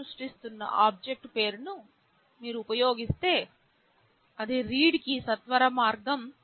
మీరు సృష్టిస్తున్న ఆబ్జెక్ట్ పేరును మీరు ఉపయోగిస్తే అది రీడ్కి సత్వరమార్గం